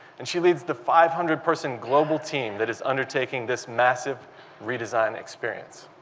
and she leads the five hundred person global team that is under take ing this massive redesign experience.